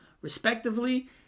respectively